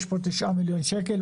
יש פה 9 מיליון שקל.